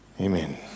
Amen